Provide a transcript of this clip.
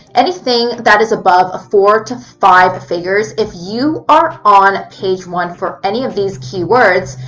anything that is above four to five figures, if you are on page one for any of these keywords,